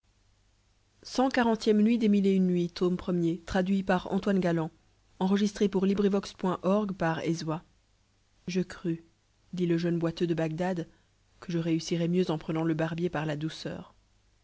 je crus dit le jeune boiteux de bagdad que je réussirais mieux en prenant le barbier par la douceur